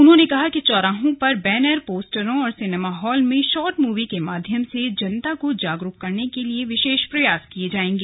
उन्होंने कहा कि चौराहों पर बैनर पोस्टरों और सिनेमा हॉल में शॉर्ट मूवी के माध्यम से जनता को जागरूक करने के विशेष प्रयास किये जाएंगे